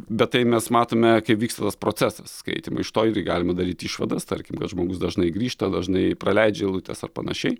bet tai mes matome kaip vyksta tas procesas skaitymo iš to ir galima daryti išvadas tarkim kad žmogus dažnai grįžta dažnai praleidžia eilutes ar panašiai